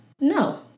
No